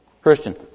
Christian